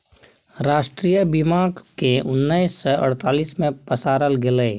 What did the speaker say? राष्ट्रीय बीमाक केँ उन्नैस सय अड़तालीस मे पसारल गेलै